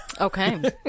okay